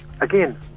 again